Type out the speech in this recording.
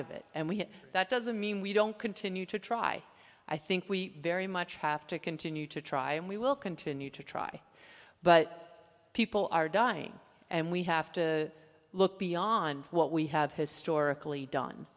it and we have that doesn't mean we don't continue to try i think we very much have to continue to try and we will continue to try but people are dying and we have to look beyond what we have historically done